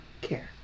care